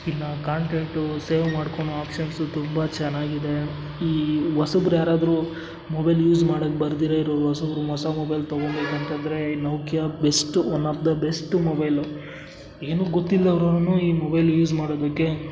ಇನ್ನು content save ಮಾಡ್ಕೊಳೊ options ತುಂಬ ಚೆನ್ನಾಗಿದೆ ಈ ಹೊಸುಬ್ರ್ ಯಾರಾದರೂ ಮೊಬೈಲ್ ಯೂಸ್ ಮಾಡೋಕ್ ಬರ್ದಿರೇ ಇರೋವ್ರು ಹೊಸಬ್ರು ಹೊಸ ಮೊಬೈಲ್ ತೊಗೊಂಬೇಕಂತಂದರೆ ಈ Nokia best one of the best mobile ಏನು ಗೊತ್ತಿಲ್ದವರೂ ಈ ಮೊಬೈಲ್ ಯೂಸ್ ಮಾಡೋದಕ್ಕೆ